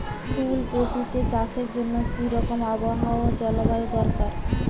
ফুল কপিতে চাষের জন্য কি রকম আবহাওয়া ও জলবায়ু দরকার?